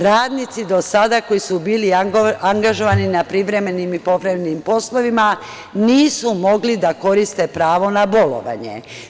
Radnici do sada koji su bili angažovani na privremenim i povremenim poslovima nisu mogli da koriste pravo na bolovanje.